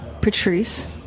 Patrice